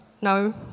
No